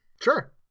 Sure